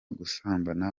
gusambana